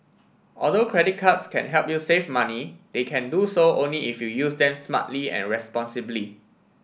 although credit cards can help you save money they can do so only if you use them smartly and responsibly